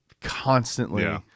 constantly